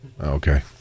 Okay